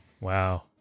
Wow